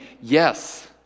yes